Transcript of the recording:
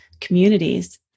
communities